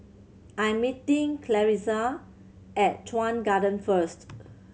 I'm meeting Clarissa at Chuan Garden first